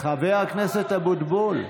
חבר הכנסת אבוטבול.